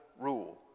rule